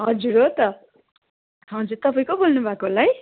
हजुर हो त हजुर तपाईँ को बोल्नुभएको होला है